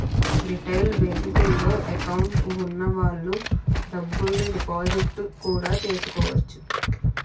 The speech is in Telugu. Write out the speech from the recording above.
రిటైలు బేంకుల్లో ఎకౌంటు వున్న వాళ్ళు డబ్బుల్ని డిపాజిట్టు కూడా చేసుకోవచ్చు